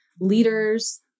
leaders